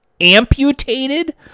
amputated